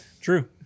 True